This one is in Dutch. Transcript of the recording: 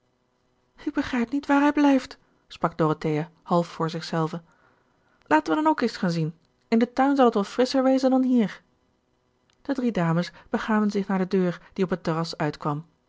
ik begrijp niet waar hij blijft sprak dorothea half voor zich zelve laten we dan ook eens gaan zien in den tuin zal t wel frisscher wezen dan hier de drie dames begaven zich naar de deur die op het terras uitkwam